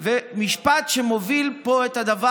תודה.